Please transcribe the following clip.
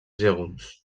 llegums